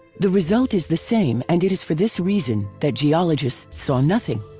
the result is the same and it is for this reason that geologists saw nothing!